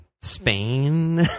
Spain